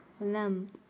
Lamp